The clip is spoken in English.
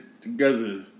together